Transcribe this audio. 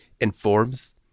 informs